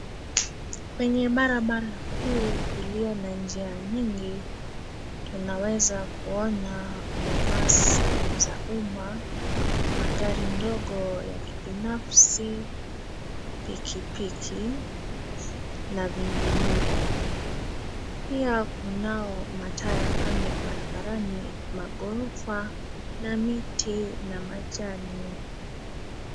Kwenye barabara kuu iliyo na njia nyingi tunaweza kuona mabasi za umma, magari ndogo ya kibinafsi, pikipiki na vinginevyo. Pia kunao mataa ya kando ya barabarani, maghorofa na miti na majani.